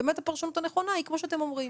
באמת הפרשנות הנכונה היא כמו שאתם אומרים.